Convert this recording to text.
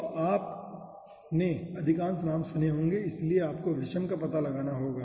तो आपने अधिकांश नाम सुने होंगे इसलिए आपको विषम का पता लगाना होगा